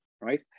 right